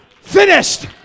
finished